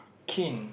kin